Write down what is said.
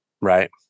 Right